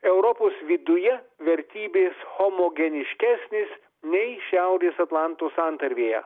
europos viduje vertybės homogeniškesnės nei šiaurės atlanto santarvėje